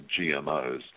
GMOs